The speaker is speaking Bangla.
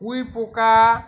উইপোকা